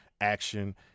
action